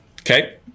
okay